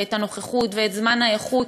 ואת הנוכחות ואת זמן האיכות,